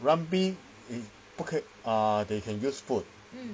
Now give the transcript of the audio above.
rugby is 不可以 ah they can use foot